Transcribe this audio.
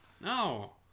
No